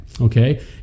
Okay